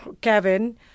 Kevin